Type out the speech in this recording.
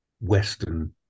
Western